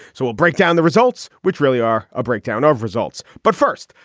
so we'll break down the results, which really are a breakdown of results. but first,